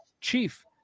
Chief